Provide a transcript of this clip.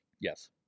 yes